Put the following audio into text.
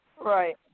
Right